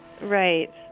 right